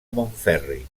montferri